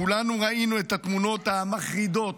כולנו ראינו את התמונות המחרידות